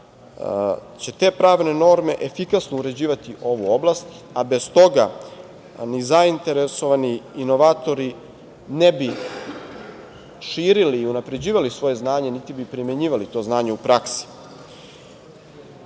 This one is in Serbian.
će te pravne norme efikasno uređivati ovu oblast, a bez toga ni zainteresovani inovatori ne bi širili i unapređivali svoje znanje, niti bi primenjivali to znanje u praksi. Čuo